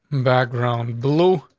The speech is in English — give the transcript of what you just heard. background blue.